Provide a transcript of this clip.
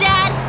Dad